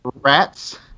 Rats